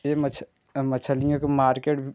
यह मछ मच्छलियों के मार्केट